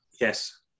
Yes